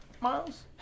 miles